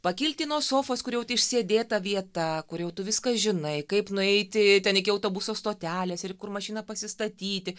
pakilti nuo sofos kur jau išsėdėta vieta kur jau tu viską žinai kaip nueiti ten iki autobuso stotelės ir kur mašiną pasistatyti